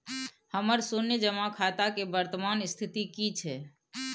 हमर शुन्य जमा खाता के वर्तमान स्थिति की छै?